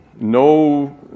no